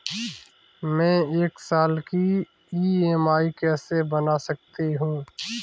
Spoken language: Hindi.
मैं एक साल की ई.एम.आई कैसे बना सकती हूँ?